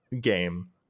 game